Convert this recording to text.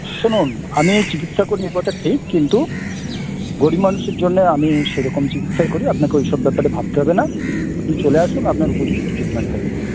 শুনুন আমি এই চিকিৎসা করি একথা ঠিক কিন্তু গরীব মানুষের জন্য আমি সেইরকম চিকিৎসাই করি আপনাকে ওইসব ব্যাপারে ভাবতে হবেনা আপনি চলে আসুন আপনার উপযুক্ত ট্রিটমেন্ট হয়ে যাবে